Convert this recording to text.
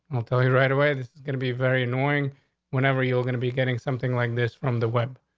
i'll tell you right away it's gonna be very annoying whenever you're gonna be getting something like this from the web.